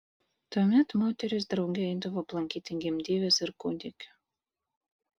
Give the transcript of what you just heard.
tuomet moterys drauge eidavo aplankyti gimdyvės ir kūdikio